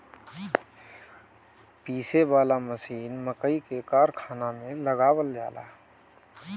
पीसे वाला मशीन मकई के कारखाना में लगावल जाला